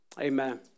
Amen